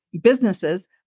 businesses